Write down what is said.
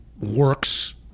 works